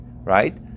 right